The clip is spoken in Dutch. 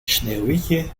sneeuwwitje